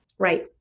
Right